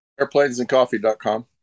Airplanesandcoffee.com